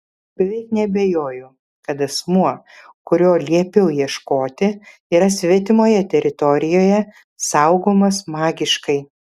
beveik neabejoju kad asmuo kurio liepiau ieškoti yra svetimoje teritorijoje saugomas magiškai